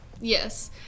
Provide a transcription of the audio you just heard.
Yes